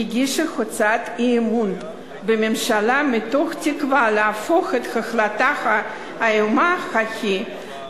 הגישה הצעת אי-אמון בממשלה מתוך תקווה להפוך את ההחלטה האיומה ההיא,